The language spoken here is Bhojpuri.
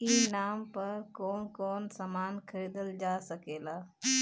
ई नाम पर कौन कौन समान खरीदल जा सकेला?